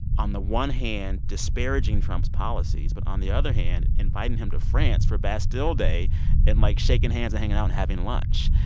on the one hand, disparaging trump's policies, but on the other hand, inviting him to france for bastille day and, like, shaking hands and hanging out and having lunch.